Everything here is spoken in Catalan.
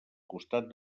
costat